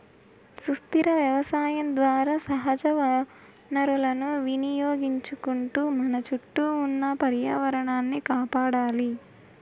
సుస్థిర వ్యవసాయం ద్వారా సహజ వనరులను వినియోగించుకుంటూ మన చుట్టూ ఉన్న పర్యావరణాన్ని కాపాడాలి